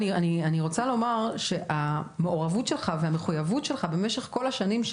אני רוצה לומר שהמעורבות שלך והמחויבות שלך במשך כל השנים,